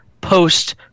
post